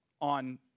on